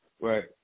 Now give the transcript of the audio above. Right